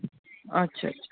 अच्छा अच्छा